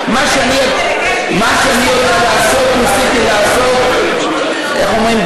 מה שאני יודע לעשות ניסיתי לעשות, איך אומרים?